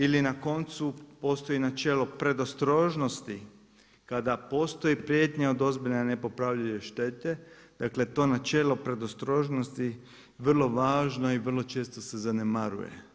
Ili na koncu postoji načelo predostrožnosti kada postoji prijetnja od ozbiljne i nepopravljive štete, dakle to načelo predostrožnosti vrlo važno i vrlo često se zanemaruje.